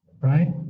right